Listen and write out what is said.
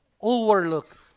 overlook